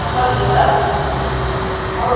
ହଁ କରିବେ ତ